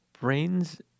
brains